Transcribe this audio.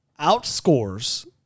outscores